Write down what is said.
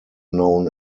known